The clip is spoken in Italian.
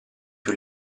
più